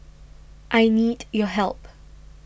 I need your help